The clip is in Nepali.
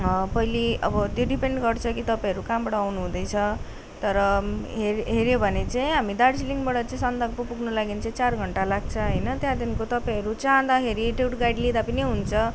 पहिले अब त्यो डिपेन्ड गर्छ कि तपाईँहरू कहाँबाट आउनुहुँदैछ तर हेर्यो भने चाहिँ हामी दार्जिलिङबाट चाहिँ सन्दकपू पुग्न लागि चाहिँ चार घन्टा लाग्छ होइन त्यहाँदेखिको तपाईँहरू चाहँदाखेरि टुर गाइड लिँदा पनि हुन्छ